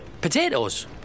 potatoes